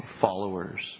Followers